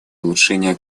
улучшения